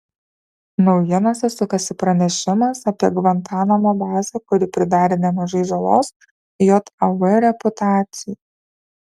naujienose sukasi pranešimas apie gvantanamo bazę kuri pridarė nemažai žalos jav reputacijai